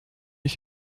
ich